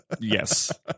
Yes